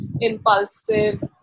impulsive